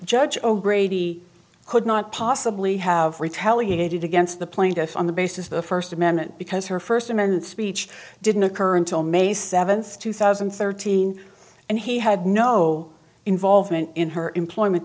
judge o'grady could not possibly have retaliated against the plaintiff on the basis of the first amendment because her first amendment speech didn't occur until may seventh two thousand and thirteen and he had no involvement in her employment